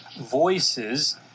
voices